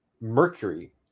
mercury